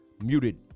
muted